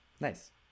nice